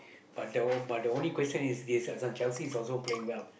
but the O but the only question is is the Chelsea also playing well